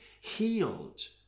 healed